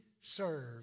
serve